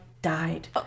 died